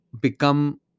become